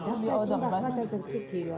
13:21.